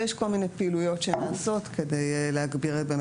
יש כל מיני פעילויות שהן נעשות כדי להגביר באמת